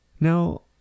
Now